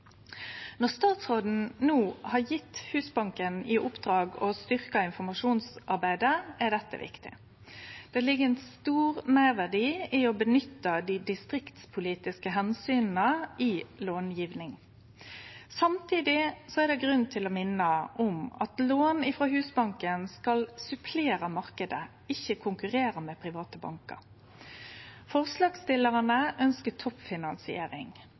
Når statsråden no har gjeve Husbanken i oppdrag å styrkje informasjonsarbeidet, er dette viktig. Det ligg ein stor meirverdi i å nytte dei distriktspolitiske omsyna i långjevinga. Samtidig er det grunn til å minne om at lån frå Husbanken skal supplere marknaden, ikkje konkurrere med private bankar. Forslagsstillarane ønskjer toppfinansiering,